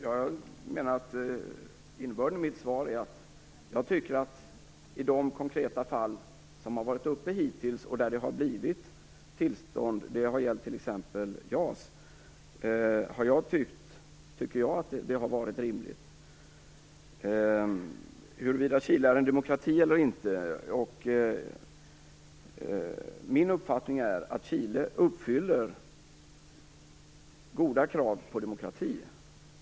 Fru talman! Innebörden i mitt svar är att jag tycker att i de konkreta fall som har varit uppe hittills och där tillstånd har givits, t.ex. JAS, har detta varit rimligt. I frågan huruvida Chile är en demokrati eller inte är min uppfattning att Chile uppfyller goda krav på demokrati.